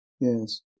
Yes